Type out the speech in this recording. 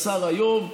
השר היום,